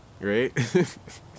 Right